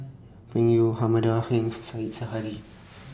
Peng Yu Hamanda Heng Said Zahari